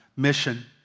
mission